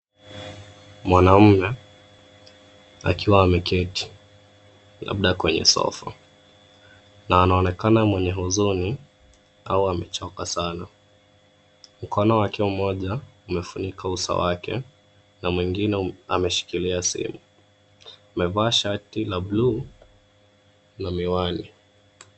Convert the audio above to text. Mwanaume akiwa ameketi labda kwenye sofa na anaonekana mwenye huzuni au amechoka sana. Mkono wake mmoja umefunika uso wake na mwingine ameshikilia simu. Amevaa shati la bluu na miwani.